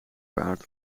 paard